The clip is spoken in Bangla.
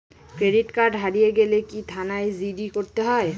ক্রেডিট কার্ড হারিয়ে গেলে কি থানায় জি.ডি করতে হয়?